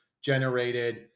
generated